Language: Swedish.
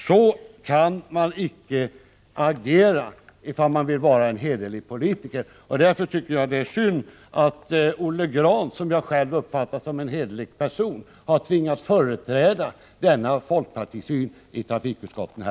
Så kan man inte agera, om man vill vara en hederlig politiker. Därför är det synd att Olle Grahn, som jag själv uppfattar som en hederlig person, har tvingats företräda denna folkpartisyn i trafikutskottet.